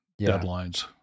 deadlines